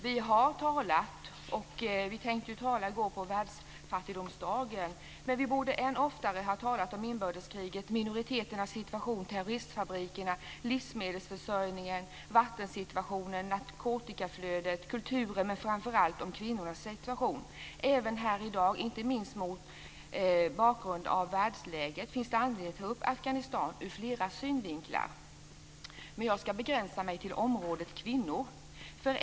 Vi har talat - och vi tänkte tala i går på världsfattigdomsdagen - men vi borde än oftare ha talat om inbördeskriget, minoriteternas situation, terroristfabrikerna, livsmedelsförsörjningen, vattensituationen, narkotikaflödet, kulturen men framför allt om kvinnornas situation. Även här i dag, inte minst mot bakgrund av världsläget, finns det anledning att ta upp Afghanistan ur flera synvinklar, men jag ska begränsa mig till området kvinnor.